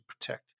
protect